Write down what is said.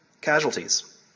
casualties